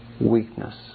Weakness